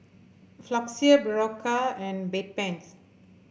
Floxia Berocca and Bedpans